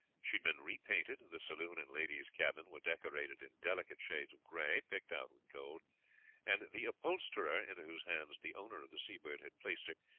she had been repainted, the saloon and ladies' cabin were decorated in delicate shades of gray, picked out with gold and the upholsterer, into whose hands the owner of the seabird had placed her,